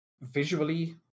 visually